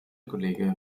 kollege